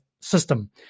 system